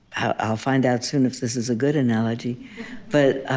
i'll find out soon if this is a good analogy but